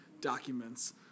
documents